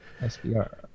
SBR